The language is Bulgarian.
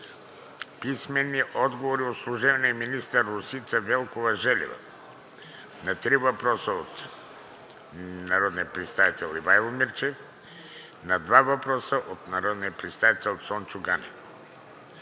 Димитров; – служебния министър Росица Велкова-Желева на три въпроса от народния представител Ивайло Мирчев и на два въпроса от народния представител Цончо Ганев;